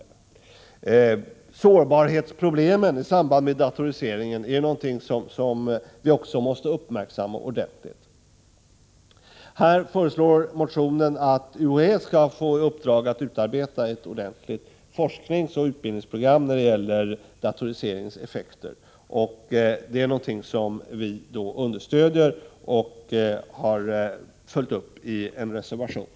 Även sårbarhetsproblemen i samband med datoriseringen måste uppmärksammas ordentligt. På den punkten föreslås i motionen att UHÄ får i uppdrag att utarbeta ett ordentligt forskningsoch utbildningsprogram om datoriseringens effekter. Det är någonting som vi understöder. Vi har följt upp detta önskemål i en reservation.